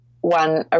one